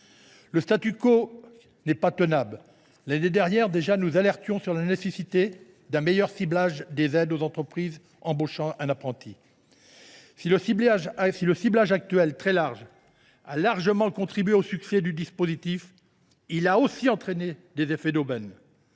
ce domaine : le n’est pas tenable. L’année dernière, déjà, nous alertions sur la nécessité d’un meilleur ciblage des aides aux entreprises embauchant un apprenti. Si le ciblage actuel, très large, a grandement contribué au succès du dispositif, il a aussi entraîné des effets d’aubaine.